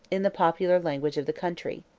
in the popular language of the country.